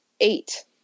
eight